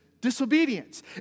disobedience